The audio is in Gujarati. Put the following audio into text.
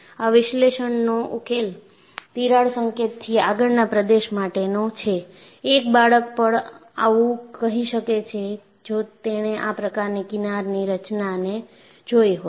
આ વિશ્લેષણનો ઉકેલ તિરાડ સંકેતથી આગળના પ્રદેશ માટેનો છે એક બાળક પણ આવું કહી શકે છે જો તેણે આ પ્રકારની કિનારની રચનાને જોઈ હોય